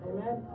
Amen